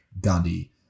Gandhi